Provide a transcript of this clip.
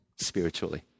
spiritually